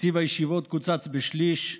תקציב הישיבות קוצץ בשליש,